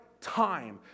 time